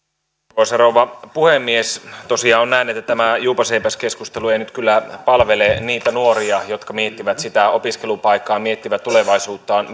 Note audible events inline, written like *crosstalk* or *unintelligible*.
arvoisa rouva puhemies tosiaan on näin että tämä juupas eipäs keskustelu ei nyt kyllä palvele millään tavalla niitä nuoria jotka miettivät opiskelupaikkaa ja tulevaisuuttaan *unintelligible*